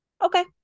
Okay